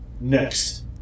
Next